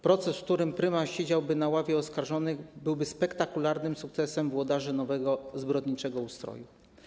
Proces, w którym prymas siedziałby na ławie oskarżonych, byłby spektakularnym sukcesem włodarzy nowego, zbrodniczego ustroju.